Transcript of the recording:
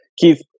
Keith